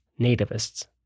nativists